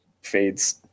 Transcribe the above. fades